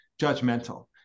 judgmental